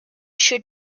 should